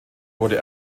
wurde